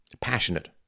passionate